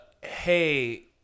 Hey